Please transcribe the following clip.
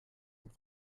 und